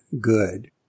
good